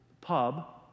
pub